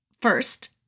first